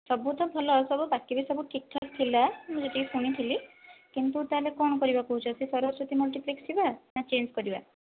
ସବୁ ତ ଭଲ ସବୁ ବାକି ବି ସବୁ ଠିକ୍ଠାକ୍ ଥିଲା ମୁଁ ଯେତିକି ଶୁଣିଥିଲି କିନ୍ତୁ ତାହେଲେ କ'ଣ କରିବା କହୁଛ ସେ ସରସ୍ବତୀ ମଲ୍ଟିପ୍ଲେସକୁ ଯିବା ନା ଚେଞ୍ଜ କରିବା